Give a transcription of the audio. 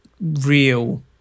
real